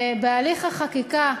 ובהליך החקיקה,